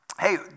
Hey